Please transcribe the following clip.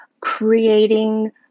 creating